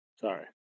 sorry